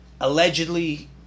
allegedly